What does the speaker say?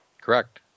Correct